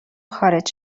خارج